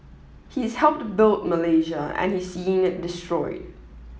he's helped built Malaysia and he's seeing it destroyed